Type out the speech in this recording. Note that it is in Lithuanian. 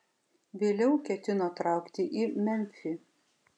vėliau ketino traukti į memfį